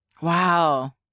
Wow